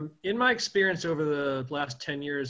מהניסיון שלי בעשר השנים האחרונות